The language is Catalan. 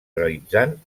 realitzant